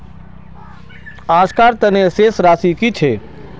आजकार तने शेष राशि कि छे?